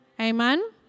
Amen